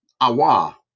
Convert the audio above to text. Awa